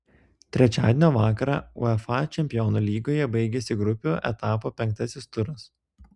trečiadienio vakarą uefa čempionų lygoje baigėsi grupių etapo penktasis turas